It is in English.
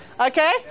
Okay